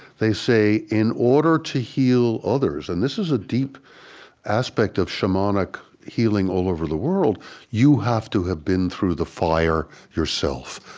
they say, in order to heal others and this is a deep aspect of shamanic healing all over the world you have to have been through the fire yourself.